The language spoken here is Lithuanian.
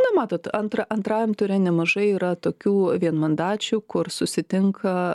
na matot antra antrajam ture nemažai yra tokių vienmandačių kur susitinka